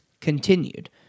continued